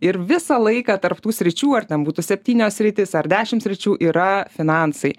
ir visą laiką tarp tų sričių ar ten būtų septynios sritys ar dešimt sričių yra finansai